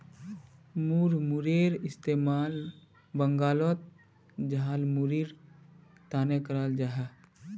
मुड़मुड़ेर इस्तेमाल बंगालोत झालमुढ़ीर तने कराल जाहा